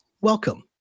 welcome